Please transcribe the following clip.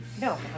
No